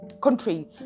country